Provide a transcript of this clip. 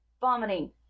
vomiting